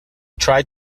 tried